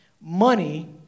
Money